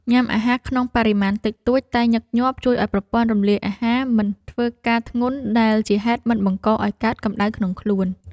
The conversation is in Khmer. ញ៉ាំអាហារក្នុងបរិមាណតិចតួចតែញឹកញាប់ជួយឱ្យប្រព័ន្ធរំលាយអាហារមិនធ្វើការធ្ងន់ដែលជាហេតុមិនបង្កឱ្យកើតកម្តៅក្នុងខ្លួន។